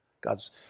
God's